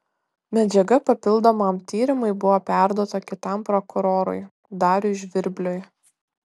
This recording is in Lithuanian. medžiaga papildomam tyrimui buvo perduota kitam prokurorui dariui žvirbliui